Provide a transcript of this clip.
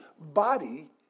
body